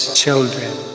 children